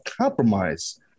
compromise